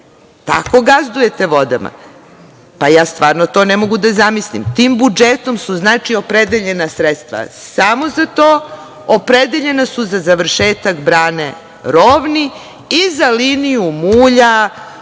Tako gazdujete vodama. Ja stvarno to ne mogu da zamislim. Tim budžetom su, znači, opredeljena sredstva samo za to, opredeljena su za završetak brane Rovni i za liniju mulja